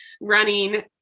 running